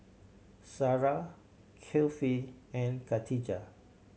Sarah Kifli and Khatijah